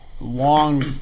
long